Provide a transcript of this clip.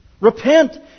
Repent